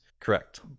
correct